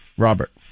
Robert